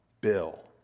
Bill